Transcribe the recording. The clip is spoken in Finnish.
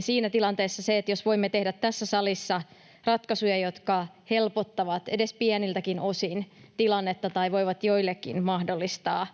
Siinä tilanteessa se, jos voimme tehdä tässä salissa ratkaisuja, jotka helpottavat edes pieniltäkin osin tilannetta tai voivat joillekin mahdollistaa